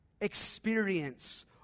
experience